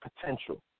potential